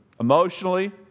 emotionally